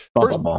first